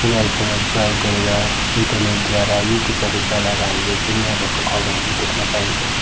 mobile फोनहरू प्रयोग गरेर इन्टरनेटद्वारा युट्युबहरू चलाएर हामीले दुनियाँभरको खबरहरू देख्न पाइन्छन्